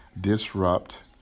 disrupt